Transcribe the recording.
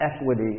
equity